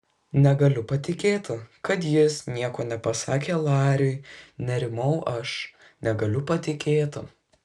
negaliu patikėti kad jis nieko nepasakė lariui nerimau aš negaliu patikėti